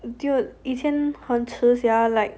dude 很迟 sia like